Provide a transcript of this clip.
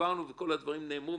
דיברנו וכל הדברים נאמרו.